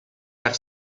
have